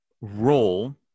role